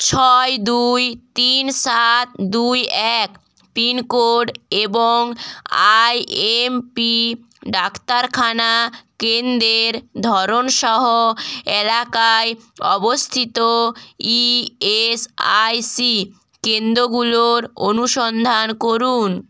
ছয় দুই তিন সাত দুই এক পিনকোড এবং আই এম পি ডাক্তারখানা কেন্দ্রের ধরনসহ এলাকায় অবস্থিত ই এস আই সি কেন্দ্রগুলোর অনুসন্ধান করুন